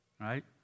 Right